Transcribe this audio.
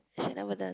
shit never done